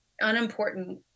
unimportant